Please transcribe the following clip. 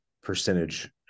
percentage